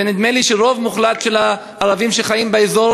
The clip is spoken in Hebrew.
ונדמה לי שרוב מוחלט של הערבים שחיים באזור